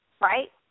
right